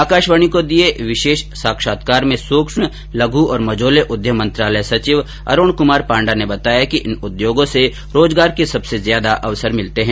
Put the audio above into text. आकाशवाणी को दिये विशेष साक्षात्कार में सूक्ष्म लघु और मझोले उद्यम मंत्रालय सचिव अरुण कुमार पांडा ने बताया कि इन उद्योगों से रोजगार के सबसे ज्यादा अवसर मिलते हैं